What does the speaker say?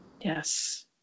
Yes